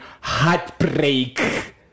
heartbreak